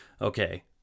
okay